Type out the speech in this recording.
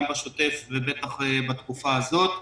גם בשוטף ובטח בתקופה הזאת.